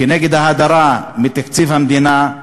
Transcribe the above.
כנגד ההדרה מתקציב המדינה,